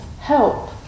help